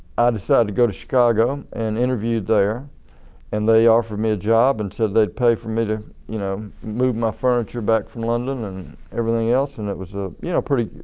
ah decided to go to chicago and interview there and they offered me a job and said they'll pay for me to you know move my furniture back from london and everything else. and it was a you know pretty,